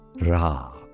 Ra